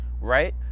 right